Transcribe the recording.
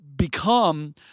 become